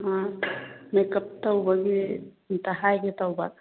ꯑꯥ makeup ꯇꯧꯕꯒꯤ ꯑꯃꯨꯛꯇ ꯍꯥꯏꯒꯦ ꯇꯧꯕ